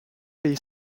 les